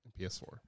PS4